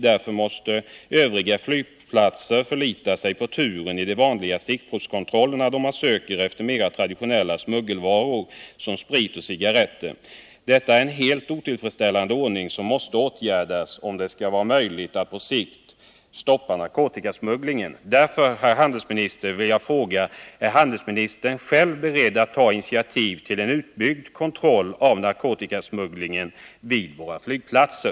Därför måste övriga flygplatser främst förlita sig på turen i de vanliga stickprovskontrollerna, då man söker efter mera traditionella smuggelvaror som sprit och cigaretter. Detta är en helt otillfredsställande ordning, som måste ändras om det på sikt skall vara möjligt att stoppa narkotikasmugglingen. Jag vill därför fråga handelsministern om han själv är beredd att ta initiativ till utvidgad kontroll av narkotikasmugglingen vid våra flygplatser.